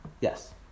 Yes